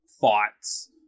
thoughts